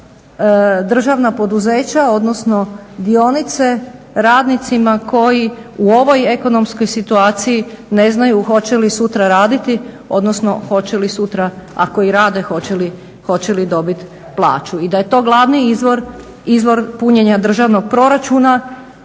državna poduzeća odnosno dionice radnicima koji u ovoj ekonomskoj situaciji ne znaju hoće li sutra raditi, odnosno hoće li sutra ako i rade hoće li dobiti plaću i da je to glavni izvor punjenja državnog proračuna,